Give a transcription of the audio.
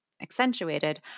accentuated